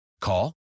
Call